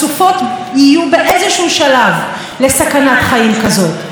יש לנו מאות אלפים שעוברות אונס ותקיפה מינית